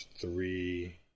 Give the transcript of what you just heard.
three